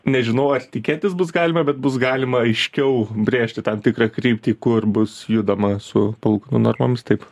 nežinau ar tikėtis bus galima bet bus galima aiškiau brėžti tam tikrą kryptį kur bus judama su palūkanų normomis taip